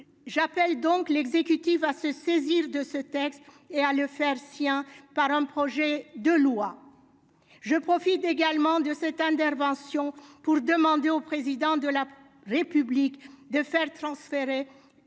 j'appelle donc l'exécutif va se saisir de ce texte et à le faire sien par un projet de loi je profite également de cette intervention pour demander au président de la République de faire transférer